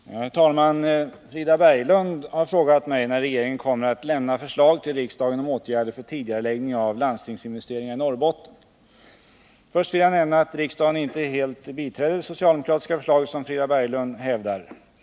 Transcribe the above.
Herr talman! Frida Berglund har frågat mig när regeringen kommer att lämna förslag till riksdagen om åtgärder för tidigareläggning av landstingsinvesteringar i Norrbotten. Först vill jag nämna att riksdagen inte helt biträdde det socialdemokratiska förslaget, som Frida Berglund hävdar.